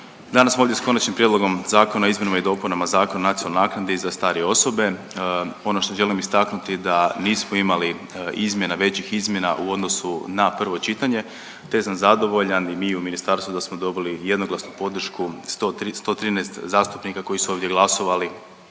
danas smo ovdje s Konačnim prijedlogom zakona o izmjenama i dopunama Zakona o nacionalnoj naknadi za starije osobe. Ono što želim istaknuti da nismo imali izmjena, većih izmjena u odnosu na prvo čitanje, te sam zadovoljan i mi u ministarstvu da smo dobili jednoglasnu podršku 113 zastupnika koji su ovdje glasovali